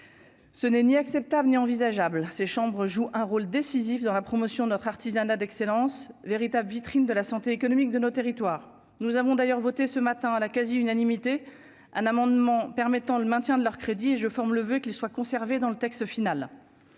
Ce n'est ni acceptable ni envisageable ces chambres joue un rôle décisif dans la promotion de notre artisanat d'excellence, véritable vitrine de la santé économique de nos territoires, nous avons d'ailleurs voté ce matin à la quasi-unanimité, un amendement permettant le maintien de leur crédit et je forme le voeu qu'ils soient conservés dans le texte final,